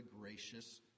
gracious